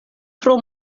tro